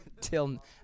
till